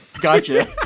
Gotcha